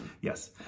yes